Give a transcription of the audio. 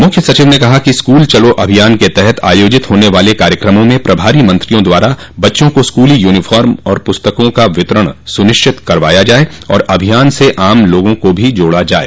मुख्य सचिव ने कहा कि स्कूल चलो अभियान के तहत आयोजित होने वाले कार्यकमों में प्रभारी मंत्रियों द्वारा बच्चों को स्कूली यूनीफार्म और पुस्तकों को वितरण सुनिश्चित करवाया जाये और अभियान से आम लोगों को भी जोड़ा जाये